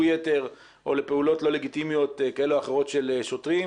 יתר או לפעולות לא לגיטימיות כאלה או אחרות של שוטרים,